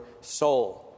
soul